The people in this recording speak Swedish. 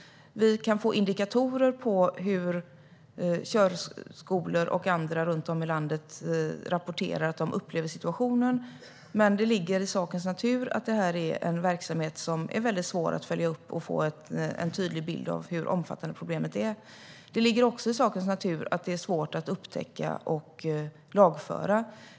Vi kan få indikationer genom att körskolor och andra runt om i landet rapporterar hur de upplever situationen, men det ligger i sakens natur att detta är en verksamhet som är väldigt svår att följa upp. Det är svårt att få en tydlig bild av hur omfattande problemet är. Det ligger också i sakens natur att det är svårt att upptäcka och lagföra.